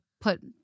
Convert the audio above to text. put